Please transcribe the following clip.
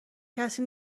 کسی